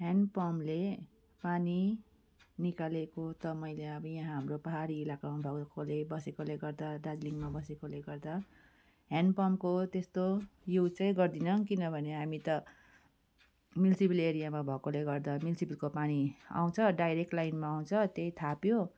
hand पम्पले पानी निकालेको त मैले अब यहाँ हाम्रो पहाडी इलाकामा भएकोले बसेकोले गर्दा दार्जिलिङमा बसेकोले गर्दा हेन्ड पम्पको त्यस्तो युजै गर्दिनँ किनभने हामी त म्युन्सिपल एरियामा भएकोले गर्दा म्युन्सिपलको पानी आउँछ डाइरेक्ट लाइनमा आउँछ त्यही थाप्यो